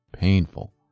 painful